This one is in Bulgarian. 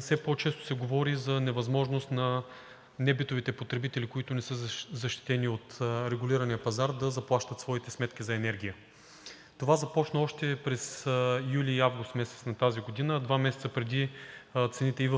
все по-често се говори за невъзможност на небитовите потребители, които не са защитени от регулирания пазар, да заплащат своите сметки за енергия. Това започна още през месеците юли и август на тази година, два месеца преди цените